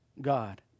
God